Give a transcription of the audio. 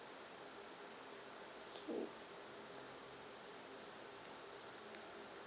K